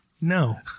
No